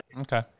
Okay